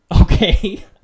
Okay